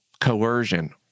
coercion